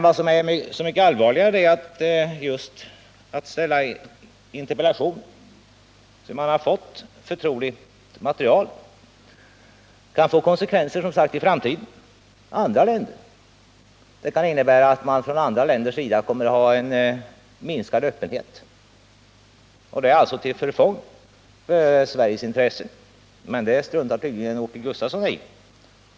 Vad som är allvarligare är att han ställer en interpellation sedan han fått ta del av förtroligt material. Detta kan få konsekvenser i andra länder i framtiden. Det kan innebära att man från dessa länders sida kommer att visa minskad öppenhet, vilket kan vara till förfång för Sveriges intressen. Men det struntar tydligen Åke Gustavsson i.